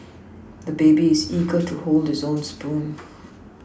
the baby is eager to hold his own spoon